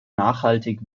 nachhaltig